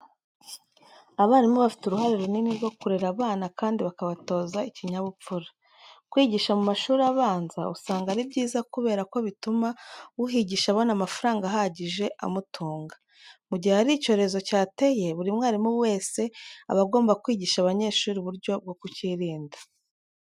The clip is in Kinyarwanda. Abarimu bafite uruhare runini rwo kurera abana kandi bakabatoza ikinyabupfura. Kwigisha mu mashuri abanza, usanga ari byiza kubera ko bituma uhigisha abona amafaranga ahagije amutunga. Mu gihe hari icyorezo cyateye buri mwarimu wese aba agomba kwigisha abanyeshuri uburyo bwo kucyirinda.